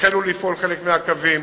החלו לפעול חלק מהקווים,